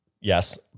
Yes